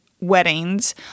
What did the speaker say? weddings